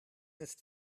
ist